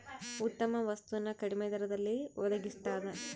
ಉತ್ತಮ ವಸ್ತು ನ ಕಡಿಮೆ ದರದಲ್ಲಿ ಒಡಗಿಸ್ತಾದ